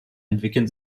entwickeln